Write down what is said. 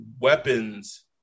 weapons